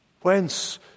Whence